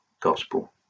Gospel